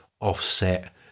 offset